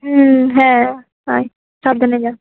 হুম হ্যাঁ আয় সাবধানে যা